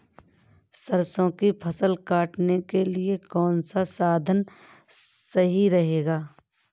सरसो की फसल काटने के लिए कौन सा साधन सही रहेगा?